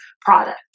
product